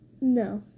No